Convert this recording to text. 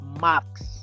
max